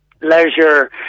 leisure